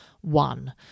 one